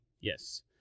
Yes